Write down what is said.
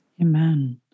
Amen